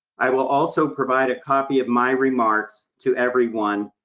i will also provide a copy of my remarks to everyone,